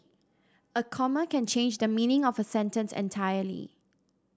a comma can change the meaning of a sentence entirely